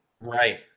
Right